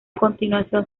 continuación